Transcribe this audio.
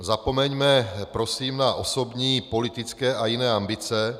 Zapomeňme prosím na osobní, politické a jiné ambice.